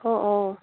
অঁ অঁ